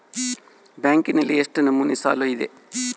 ಬ್ಯಾಂಕಿನಲ್ಲಿ ಎಷ್ಟು ನಮೂನೆ ಸಾಲ ಇದೆ?